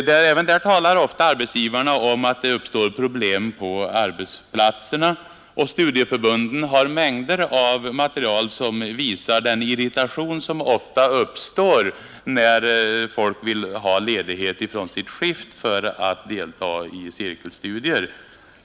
Där talar arbetsgivarna ofta om att det deltagande i vuxenär ett stort problem på arbetsplatserna, och studieförbunden har mängder utbildning av material som visar den irritation som ofta uppstår när folk vill ha ledigt från sitt skift för att delta i cirkelstudier.